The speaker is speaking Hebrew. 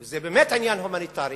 וזה באמת עניין הומניטרי,